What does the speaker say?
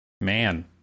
Man